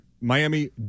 Miami